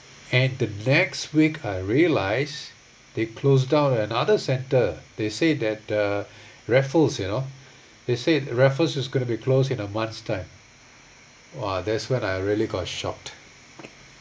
and the next week I realise they closed down another centre they say that uh raffles you know they said raffles is going to be closed in a month's time !wah! that's when I really got shocked